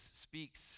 speaks